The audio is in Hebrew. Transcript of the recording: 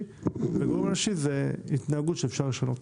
והגורם האנושי הוא התנהגות שאפשר לשנות.